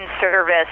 service